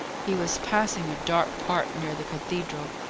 he was passing a dark part near the cathedral,